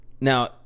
Now